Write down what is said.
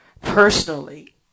personally